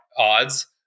odds